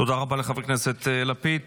תודה רבה לחבר הכנסת לפיד.